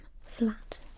flat